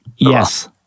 Yes